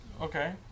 Okay